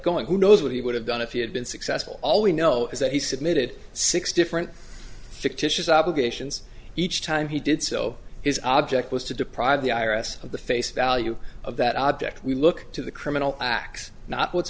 going who knows what he would have done if he had been successful all we know is that he submitted six different fictitious obligations each time he did so his object was to deprive the i r s of the face value of that object we look to the criminal acts not what's